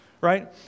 right